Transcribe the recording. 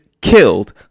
killed